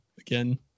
again